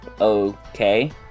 okay